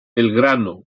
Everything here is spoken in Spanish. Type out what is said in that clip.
belgrano